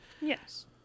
Yes